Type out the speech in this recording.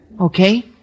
okay